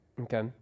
Okay